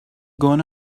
gone